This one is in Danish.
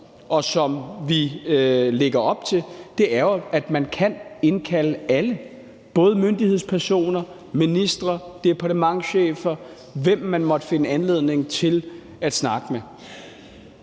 og som vi lægger op til, jo er, at man kan indkalde alle, både myndighedspersoner, ministre og departementschefer – hvem man måtte finde anledning til at snakke med.